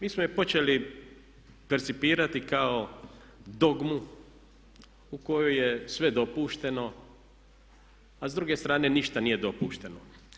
Mi smo je počeli percipirati kao dogmu u kojoj je sve dopušteno a s druge strane ništa nije dopušteno.